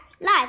life